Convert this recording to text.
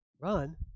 Run